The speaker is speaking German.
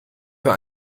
für